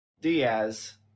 Diaz